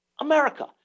America